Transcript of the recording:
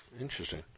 Interesting